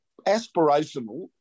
aspirational